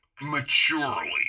Maturely